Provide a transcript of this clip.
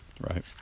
right